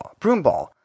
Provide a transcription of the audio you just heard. broomball